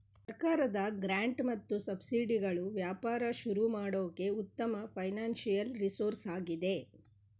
ಸರ್ಕಾರದ ಗ್ರಾಂಟ್ ಮತ್ತು ಸಬ್ಸಿಡಿಗಳು ವ್ಯಾಪಾರ ಶುರು ಮಾಡೋಕೆ ಉತ್ತಮ ಫೈನಾನ್ಸಿಯಲ್ ರಿಸೋರ್ಸ್ ಆಗಿದೆ